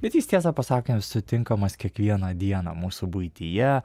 bet jis tiesą pasakius sutinkamas kiekvieną dieną mūsų buityje